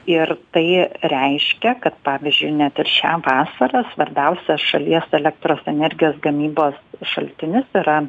ir tai reiškia kad pavyzdžiui net ir šią vasarą svarbiausias šalies elektros energijos gamybos šaltinis yra